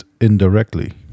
indirectly